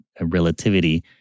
relativity